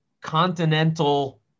continental